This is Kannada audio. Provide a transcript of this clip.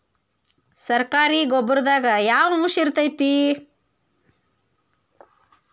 ಸರಕಾರಿ ಗೊಬ್ಬರದಾಗ ಯಾವ ಅಂಶ ಇರತೈತ್ರಿ?